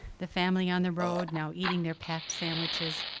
the family on the road, now eating their packed sandwiches,